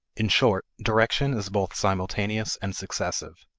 in short, direction is both simultaneous and successive.